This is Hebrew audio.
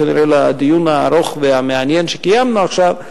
כנראה לדיון הארוך והמעניין שקיימנו עכשיו,